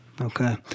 okay